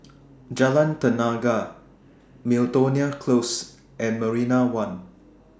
Jalan Tenaga Miltonia Close and Marina one